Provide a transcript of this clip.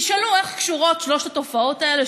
תשאלו איך קשורות שלוש התופעות האלה,